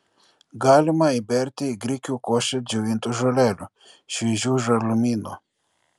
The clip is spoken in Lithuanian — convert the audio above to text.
galima įberti į grikių košę džiovintų žolelių šviežių žalumynų